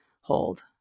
hold